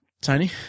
tiny